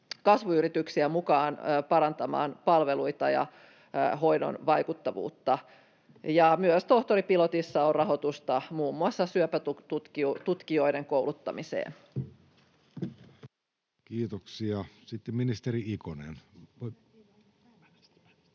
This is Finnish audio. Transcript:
kasvuyrityksiä mukaan parantamaan palveluita ja hoidon vaikuttavuutta. Myös tohtoripilotissa on rahoitusta muun muassa syöpätutkijoiden kouluttamiseen. Kiitoksia. — Sitten ministeri Ikonen.